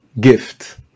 gift